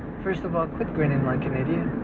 first of all, quit grinning like an idiot.